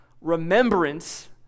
Remembrance